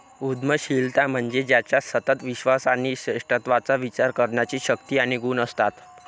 उद्यमशीलता म्हणजे ज्याच्यात सतत विश्वास आणि श्रेष्ठत्वाचा विचार करण्याची शक्ती आणि गुण असतात